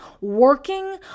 working